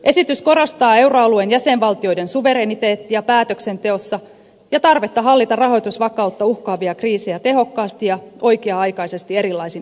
esitys korostaa euroalueen jäsenvaltioiden suvereniteettia päätöksenteossa ja tarvetta hallita rahoitusvakautta uhkaavia kriisejä tehokkaasti ja oikea aikaisesti erilaisin instrumentein